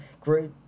great